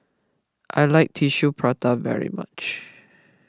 I like Tissue Prata very much